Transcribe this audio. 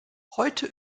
heute